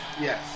yes